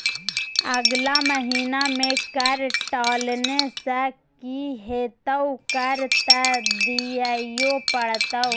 अगला महिना मे कर टालने सँ की हेतौ कर त दिइयै पड़तौ